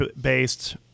based